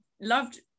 loved